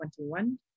2021